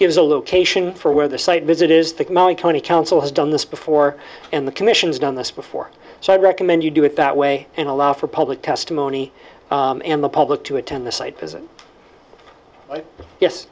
gives a location for where the site visit is that my county council has done this before and the commission's done this before so i'd recommend you do it that way and allow for public testimony and the public to attend t